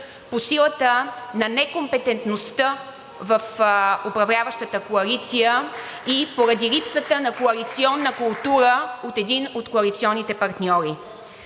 по силата на некомпетентността в управляващата коалиция и поради липсата на коалиционна култура от един от коалиционните партньори.